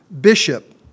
bishop